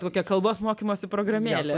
kokia kalbos mokymosi programėlė